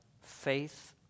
faith